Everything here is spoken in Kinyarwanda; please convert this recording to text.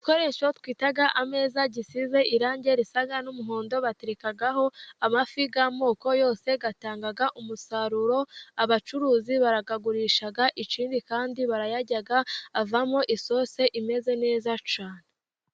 Igikoresho twita ameza gisize irangi risa n'umuhondo, baterekaho amafi y'amoko yose atanga umusaruro, abacuruzi barayagurisha ikindi kandi barayarya avamo isosi imeze neza cyane.